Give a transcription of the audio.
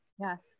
Yes